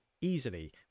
easily